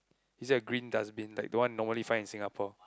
is it a green dustbin like the one normally find in Singapore